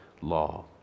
law